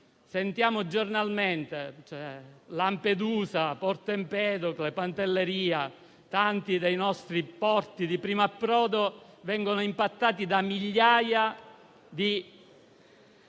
Sentiamo giornalmente che Lampedusa, Porto Empedocle, Pantelleria e tanti dei nostri porti di primo approdo vengono "impattati" da migliaia di